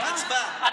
הצבעה.